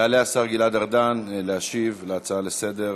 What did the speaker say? יעלה השר גלעד ארדן להשיב על ההצעה לסדר-היום,